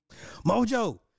Mojo